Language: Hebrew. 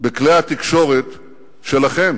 בכלי התקשורת שלכם,